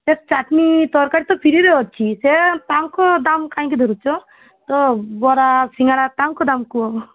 ସେ ଚାଟଣୀ ତରକାରୀ ତ ଫ୍ରିରେ ଅଛି ସେ ତାଙ୍କ ଦାମ କାହିଁକି ଧରୁଛ ବରା ସିଙ୍ଗଡ଼ା ତାଙ୍କ ଦାମ କୁହ